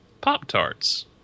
Pop-Tarts